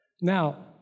now